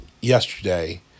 yesterday